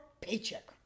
paycheck